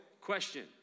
question